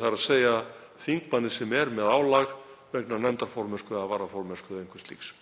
þ.e. þingmanni sem er með álag vegna nefndarformennsku eða varaformennsku eða einhvers slíks.